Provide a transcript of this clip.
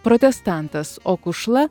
protestantas o kušla